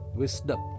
wisdom